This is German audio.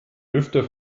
lüfter